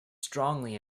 strongly